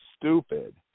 stupid